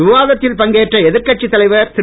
விவாதத்தில் பங்கேற்ற எதிர்கட்சித் தலைவர் திரு